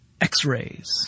X-rays